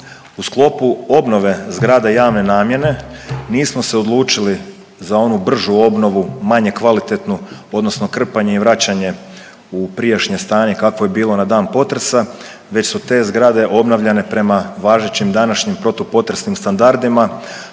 U sklopu obnove zgrade javne namjene, nismo se odlučili za onu bržu obnovu, manje kvalitetnu odnosno krpanje i vraćanje u prijašnje stanje kakvo je bilo na dan potresa, već su te zgrade obnavljane prema važećim današnjim protupotresnim standardima